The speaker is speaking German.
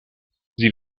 sie